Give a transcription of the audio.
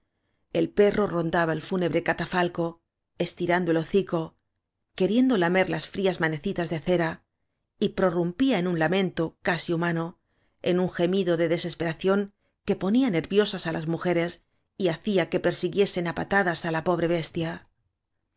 el perro ron daba el fúnebre catafalco estirando el hoci co queriendo lamer las frías manecitas de cera y prorrumpía en un lamento casi huma no en un gemido de desesperación que po nía nerviosas á las mujeres y hacía que per siguiesen á patadas á la pobre bestia